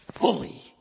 fully